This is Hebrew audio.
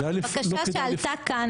בקשה שעלתה כאן,